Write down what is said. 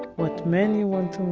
what men you want